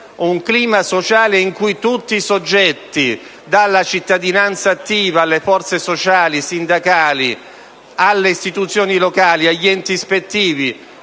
Un clima sociale in cui tutti i soggetti, dalla cittadinanza attiva alle forze sociali e sindacali, alle istituzioni locali, agli enti ispettivi,